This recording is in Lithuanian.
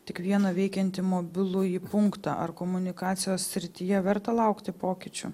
tik vieną veikiantį mobilųjį punktą ar komunikacijos srityje verta laukti pokyčių